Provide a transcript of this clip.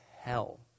hell